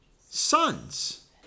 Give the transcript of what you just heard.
sons